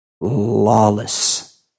lawless